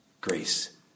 grace